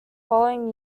following